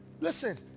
Listen